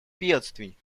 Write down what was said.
бедствий